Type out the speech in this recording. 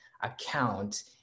account